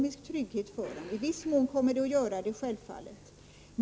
I viss mån kommer det självfallet att göra det.